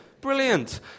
Brilliant